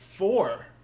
Four